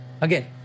Again